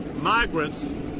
migrants